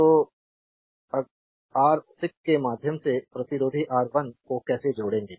तो आर 6 के माध्यम से प्रतिरोधी R1 को कैसे जोड़ेंगे